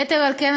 יתר על כן,